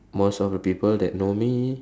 most of the people that know me